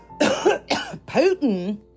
Putin